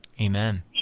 amen